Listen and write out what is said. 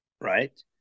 right